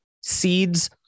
seeds